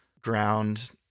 ground